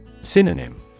Synonym